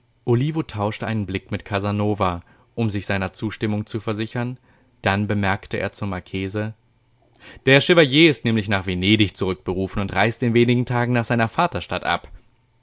olivo tauschte einen blick mit casanova um sich seiner zustimmung zu versichern dann bemerkte er zum marchese der chevalier ist nämlich nach venedig zurückberufen und reist in wenigen tagen nach seiner vaterstadt ab